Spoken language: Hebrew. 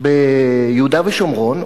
ביהודה ושומרון,